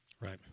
Right